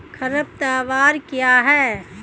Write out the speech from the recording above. खरपतवार क्या है?